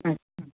अच्छा